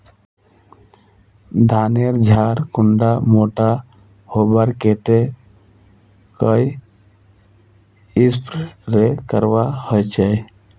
धानेर झार कुंडा मोटा होबार केते कोई स्प्रे करवा होचए?